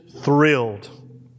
thrilled